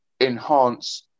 enhance